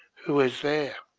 who is there?